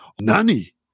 nanny